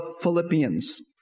Philippians